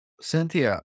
Cynthia